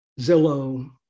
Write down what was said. Zillow